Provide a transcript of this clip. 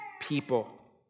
people